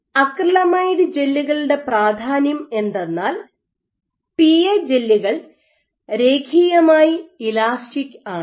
acrylamide ജെല്ലുകളുടെ പ്രാധാന്യം എന്തെന്നാൽ പി എ ജെലുകൾ രേഖീയമായി ഇലാസ്റ്റിക് ആണ്